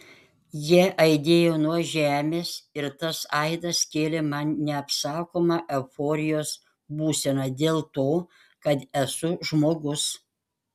jie aidėjo nuo žemės ir tas aidas kėlė man neapsakomą euforijos būseną dėl to kad esu žmogus